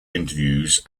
interviews